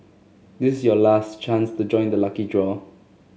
this is your last chance to join the lucky draw